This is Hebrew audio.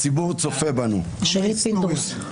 הציבור צופה בנו -- תשאלי את פינדרוס.